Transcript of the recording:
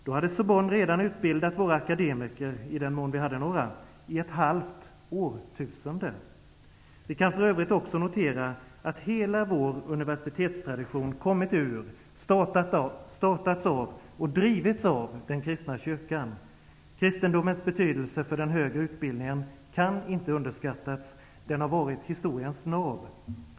Då hade Sorbonne redan under ett halvt årtusende utbildat våra akademiker -- i den mån vi hade några. Vi kan för övrigt också notera att hela vår universitetstradition kommer från, startats av och drivits av den kristna kyrkan. Kristendomens betydelse för den högre utbildningen kan inte underskattas. Den har varit historiens nav.